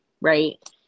right